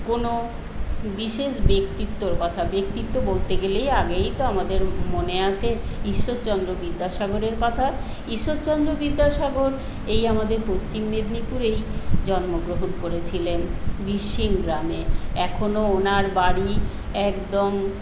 কোনো বিশেষ ব্যক্তিত্বর কথা ব্যক্তিত্ব বলতে গেলেই আগেই তো আমাদের মনে আসে ঈশ্বরচন্দ্র বিদ্যাসাগরের কথা ঈশ্বরচন্দ্র বিদ্যাসাগর এই আমাদের পশ্চিম মেদিনীপুরেই জন্মগ্রহন করেছিলেন বীরসিং গ্রামে এখনো ওঁর বাড়ি একদম